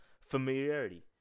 familiarity